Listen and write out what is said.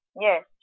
Yes